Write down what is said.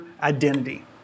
identity